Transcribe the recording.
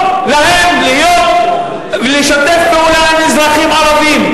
שכבוד להם לשתף פעולה עם אזרחים ערבים,